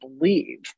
believe